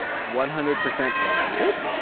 one hundred percent related?